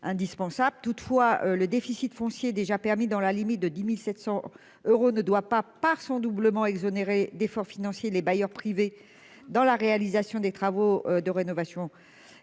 doublement du déficit foncier déjà permis dans la limite de 10 700 euros ne doit pas exonérer d'effort financier les bailleurs privés dans la réalisation des travaux de rénovation